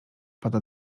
pada